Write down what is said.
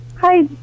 hi